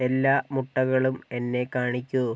എല്ലാ മുട്ടകളും എന്നെ കാണിക്കൂ